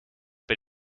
but